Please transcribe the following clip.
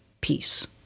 peace